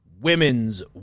women's